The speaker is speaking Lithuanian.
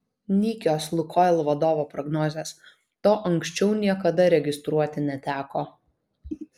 nykios lukoil vadovo prognozės to anksčiau niekada registruoti neteko